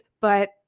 But-